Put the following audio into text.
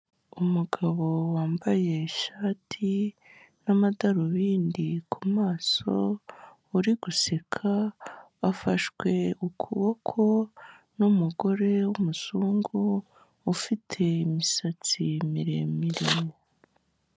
Umugabo wambaye ishati n'amadarubindi ku maso, uri guseka wafashwe ukuboko n'umugore w'umuzungu ufite imisatsi miremire.